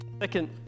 second